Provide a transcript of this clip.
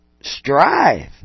strive